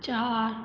चार